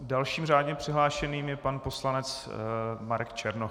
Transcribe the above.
Dalším řádně přihlášeným je pan poslanec Marek Černoch.